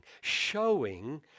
showing